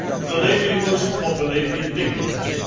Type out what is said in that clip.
the lady was properly indignant,